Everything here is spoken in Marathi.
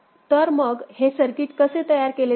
तर मग हे सर्किट कसे तयार केले जाईल